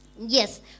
Yes